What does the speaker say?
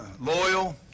loyal